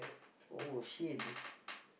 oh shit